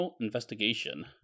Investigation